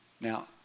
Now